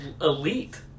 elite